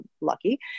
lucky